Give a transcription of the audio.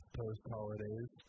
post-holidays